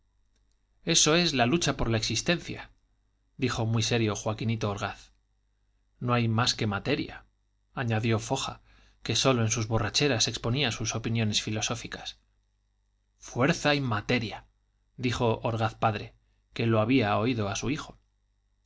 eso es la lucha por la existencia dijo muy serio joaquinito orgaz no hay más que materia añadió foja que sólo en sus borracheras exponía sus opiniones filosóficas fuerza y materia dijo orgaz padre que lo había oído a su hijo